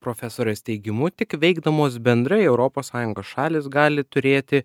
profesorės teigimu tik veikdamos bendrai europos sąjungos šalys gali turėti